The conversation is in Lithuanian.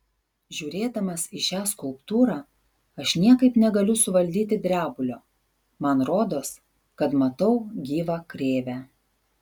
žiūrėdamas į šią skulptūrą aš niekaip negaliu suvaldyti drebulio man rodos kad matau gyvą krėvę